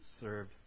served